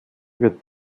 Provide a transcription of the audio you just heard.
wird